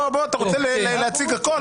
אתה רוצה להציג הכול?